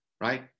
right